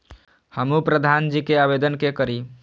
हमू प्रधान जी के आवेदन के करी?